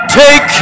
take